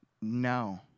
No